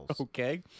Okay